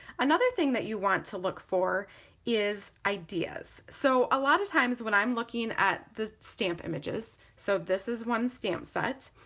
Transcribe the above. another thing that you want to look for is ideas. so a lot of times when i'm looking at the stamp images, so this is one stamp set,